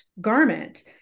garment